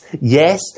yes